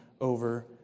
over